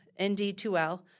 ND2L